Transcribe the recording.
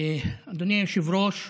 אדוני היושב-ראש,